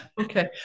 Okay